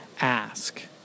ask